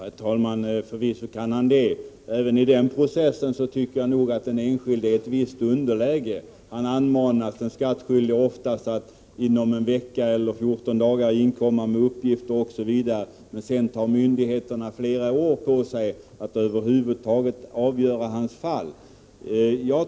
Herr talman! Förvisso kan den skattskyldige göra det, men även i den processen är den enskilde i ett visst underläge. Den skattskyldige anmanas oftast att inom en vecka eller fjorton dagar inkomma med uppgifter, men sedan tar myndigheterna flera år på sig att avgöra hans fall.